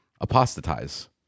apostatize